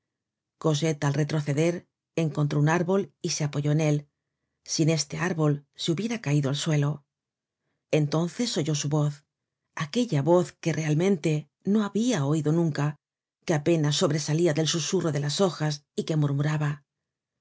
cosette al retroceder encontró un árbol y se apoyó en él sin este árbol se hubiera caido al suelo entonces oyó su voz aquella voz que realmente no habia oido nunca que apenas sobresalia del susurro de las hojas y que murmuraba